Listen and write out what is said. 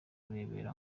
kurebera